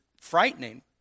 frightening